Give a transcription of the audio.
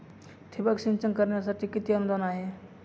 ठिबक सिंचन करण्यासाठी किती अनुदान आहे?